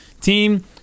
team